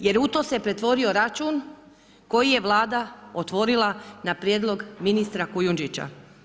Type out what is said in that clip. jer u to se pretvorio račun koji je Vlada otvorila na prijedlog ministra KUjundžića.